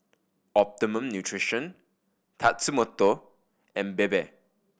Optimum Nutrition Tatsumoto and Bebe